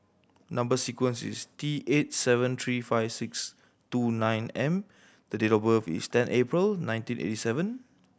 number sequence is T eight seven three five six two nine M the date of birth is ten April nineteen eighty seven